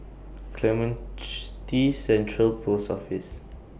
Clementi Central Post Office